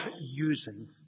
using